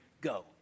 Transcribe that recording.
Go